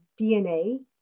DNA